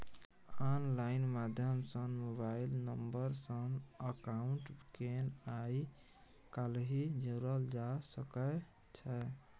online माध्यम सँ mobile number सँ अकाउंट केँ आइ काल्हि जोरल जा सकै छै